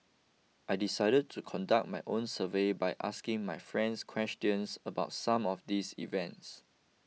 I decided to conduct my own survey by asking my friends questions about some of these events